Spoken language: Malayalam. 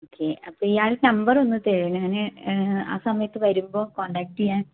ഓക്കേ അപ്പോൾ ഇയാൾ നമ്പറൊന്ന് തരുവോ ഞാന് ആ സമയത്ത് വരുമ്പോൾ കോണ്ടാക്ട് ചെയ്യാൻ